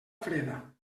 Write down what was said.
freda